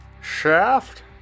Shaft